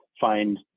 find